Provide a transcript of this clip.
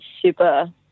super